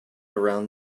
around